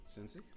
Cincy